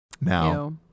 now